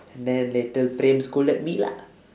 and then later praem scolded me lah